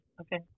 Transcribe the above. okay